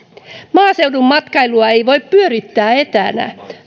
maaseudun matkailua ei voi pyörittää etänä